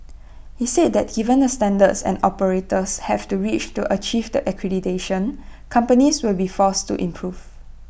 he said that given the standards and operators have to reach to achieve that accreditation companies will be forced to improve